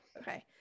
Okay